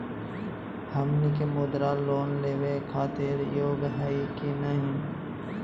हमनी के मुद्रा लोन लेवे खातीर योग्य हई की नही?